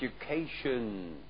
education